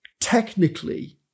technically